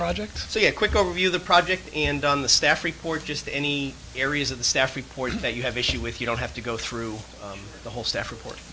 project so your quick overview of the project and on the staff report just any areas of the staff report that you have issue with you don't have to go through the whole staff report